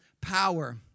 power